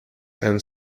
and